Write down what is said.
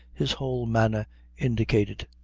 his whole manner indicated.